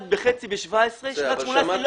לחצי בשנת 2017 ובשנת 2018 לא היה כלום.